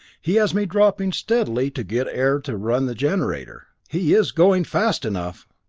he has me dropping steadily to get air to run the generator. he is going fast enough!